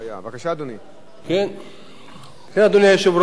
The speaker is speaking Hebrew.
אדוני היושב-ראש,